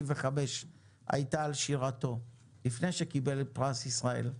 הייתה על שירתו לפני שקיבל את פרס ישראל.